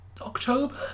October